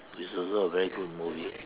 is also a very good movie